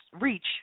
reach